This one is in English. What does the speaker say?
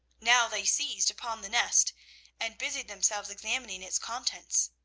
now they seized upon the nest and busied themselves examining its contents.